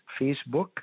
Facebook